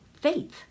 faith